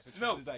No